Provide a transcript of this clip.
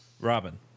Robin